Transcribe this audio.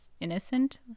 innocent